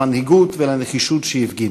למנהיגות ולנחישות שהפגין.